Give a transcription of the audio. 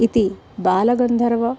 इति बालगन्धर्व